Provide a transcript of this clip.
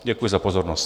Děkuji za pozornost.